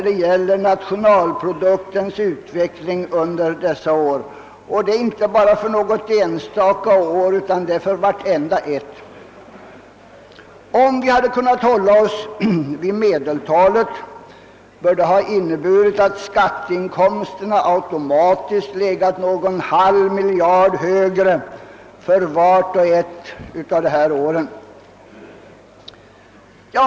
Vi ligger alltså på den sämre halvan under dessa år, och det gäller inte bara för något enstaka utan för vart och ett av dessa år. Om vi hade kunnat hålla oss vid medeltalet, skulle det ha inneburit att skatteinkomsterna automatiskt legat någon halv miljard kronor högre för vart och ett av dessa år.